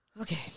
Okay